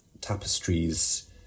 tapestries